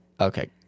Okay